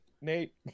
nate